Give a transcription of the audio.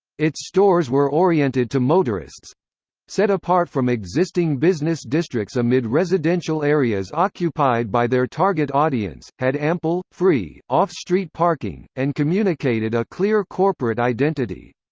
its stores were oriented to motorists set apart from existing business districts amid residential areas occupied by their target audience had ample, free, off-street parking and communicated a clear corporate identity.